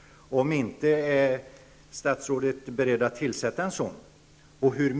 Om inte, är statsrådet beredd att tillsätta en sådan grupp?